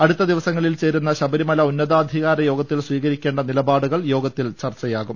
അടുത്ത ദിവസങ്ങളിൽ ചേരുന്ന ശബരിമല ഉന്നതതാധികാര യോഗത്തിൽ സ്വീകരിക്കേണ്ട നിലപാടുകൾ യോഗത്തിൽ ചർച്ചയാകും